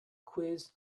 quiz